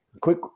quick